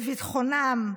בביטחונם,